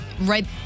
Right